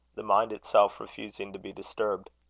the mind itself refusing to be disturbed.